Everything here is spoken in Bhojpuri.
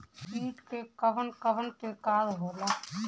कीट के कवन कवन प्रकार होला?